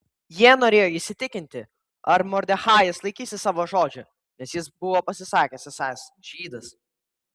jie norėjo įsitikinti ar mordechajas laikysis savo žodžio nes jis buvo pasisakęs esąs žydas